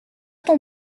ton